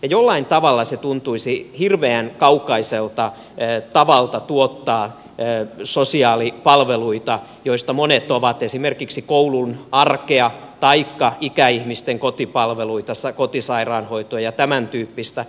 jollain tavalla se tuntuisi hirveän kaukaiselta tavalta tuottaa sosiaalipalveluita joista monet ovat esimerkiksi koulun arkea taikka ikäihmisten kotipalveluita kotisairaanhoitoa ja tämäntyyppistä